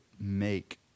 make